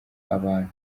abantu